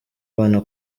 abana